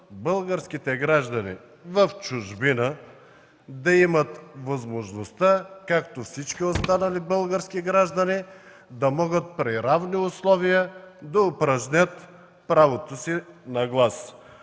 българските граждани в чужбина да имат възможността, както всички останали български граждани, да могат да упражнят правото си на глас